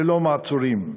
ללא מעצורים.